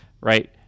right